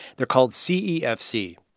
they're called cefc.